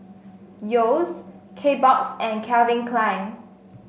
Yeo's Kbox and Calvin Klein